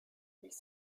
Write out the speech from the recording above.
ils